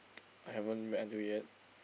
I haven't met until yet